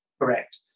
correct